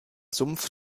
sumpf